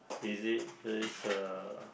is it this uh